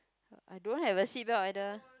I don't have a seat belt either